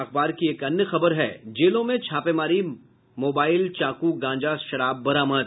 अखबार की एक अन्य खबर है जेलों में छापेमारी मोबाइल चाकू गांजा शराब बरामद